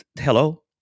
Hello